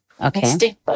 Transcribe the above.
Okay